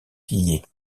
pillée